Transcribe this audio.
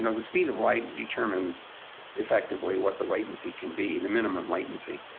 you know the speed of light determines effectively what the latency can be, the minimum latency.